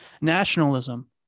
Nationalism